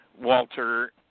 Walter